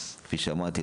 כפי שאמרתי,